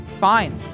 fine